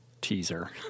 teaser